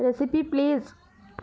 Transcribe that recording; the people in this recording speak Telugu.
recipe please